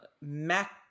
mac